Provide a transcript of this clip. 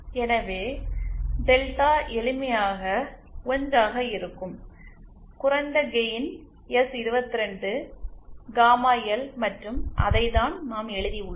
எனவே டெல்டா எளிமையாக 1 ஆக இருக்கும் குறைந்த கெயின் எஸ்22 காமா எல் மற்றும் அதைத்தான் நாம் எழுதியுள்ளோம்